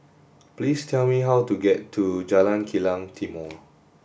please tell me how to get to Jalan Kilang Timor